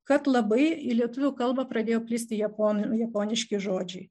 kad labai į lietuvių kalbą pradėjo plisti japon japoniški žodžiai